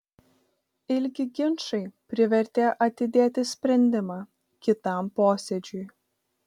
ilgi ginčai privertė atidėti sprendimą kitam posėdžiui